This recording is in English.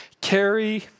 carry